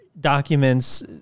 documents